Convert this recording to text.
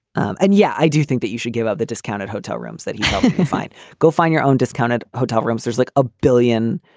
and yeah, i do think that you should give up the discounted hotel rooms that you find. go find your own discounted hotel rooms. there's like a billion,